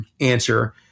answer